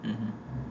mmhmm